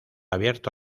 abierto